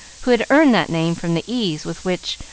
who had earned that name from the ease with which,